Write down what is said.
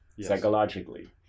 psychologically